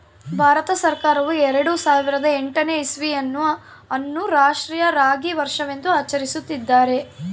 ಭಾರತ ಸರ್ಕಾರವು ಎರೆಡು ಸಾವಿರದ ಎಂಟನೇ ಇಸ್ವಿಯನ್ನು ಅನ್ನು ರಾಷ್ಟ್ರೀಯ ರಾಗಿ ವರ್ಷವೆಂದು ಆಚರಿಸುತ್ತಿದ್ದಾರೆ